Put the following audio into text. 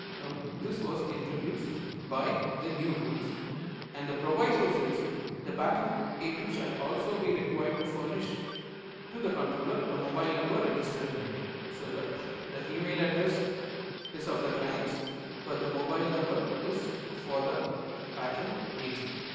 now this was introduced by the new rules and the proviso says the patent agents shall also be required to furnish to the controller a mobile number registered in india. so, the the email address is of the clients for the mobile number is for the patent agent.